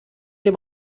dem